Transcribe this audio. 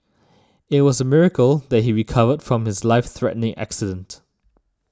it was a miracle that he recovered from his life threatening accident